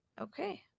Okay